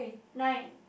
nine